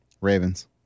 Ravens